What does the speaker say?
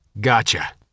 Gotcha